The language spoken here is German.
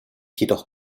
jedoch